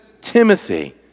Timothy